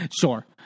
Sure